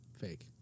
Fake